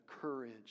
courage